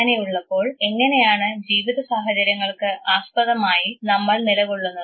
അങ്ങനെയുള്ളപ്പോൾ എങ്ങനെയാണ് ജീവിത സാഹചര്യങ്ങൾക്ക് ആസ്പദമായി നമ്മൾ നിലകൊള്ളുന്നത്